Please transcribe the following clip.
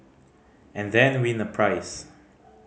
and then win a prize